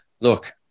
Look